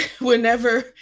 Whenever